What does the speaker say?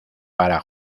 para